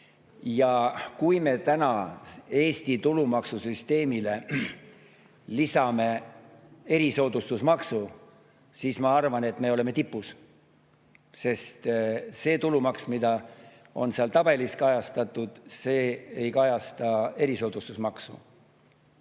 Ja kui me täna Eesti tulumaksusüsteemile lisame erisoodustusmaksu, siis ma arvan, et me oleme tipus, sest see tulumaks, mida on seal tabelis kajastatud, ei kajasta erisoodustusmaksu.